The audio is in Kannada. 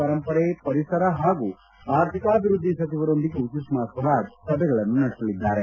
ಪರಂಪರೆ ಪರಿಸರ ಹಾಗೂ ಆರ್ಥಿಕಾಭಿವೃದ್ದಿ ಸಚಿವರೊಂದಿಗೂ ಸುಷ್ನಾ ಸ್ವರಾಜ್ ಸಭೆಗಳನ್ನು ನಡೆಸಲಿದ್ದಾರೆ